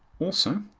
also,